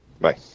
Bye